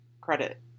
credit